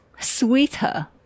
sweeter